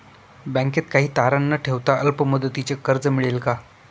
बँकेत काही तारण न ठेवता अल्प मुदतीचे कर्ज मिळेल का?